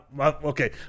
Okay